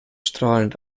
strahlend